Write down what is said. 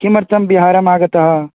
किमर्थं बिहारमागतः